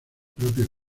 propia